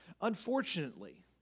unfortunately